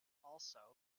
also